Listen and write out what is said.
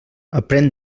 aprén